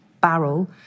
barrel